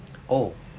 oh